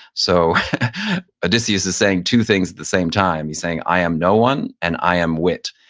so odysseus is saying two things at the same time. he's saying, i am no one, and i am wit.